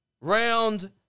round